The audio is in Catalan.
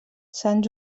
sant